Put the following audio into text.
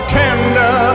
tender